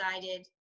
decided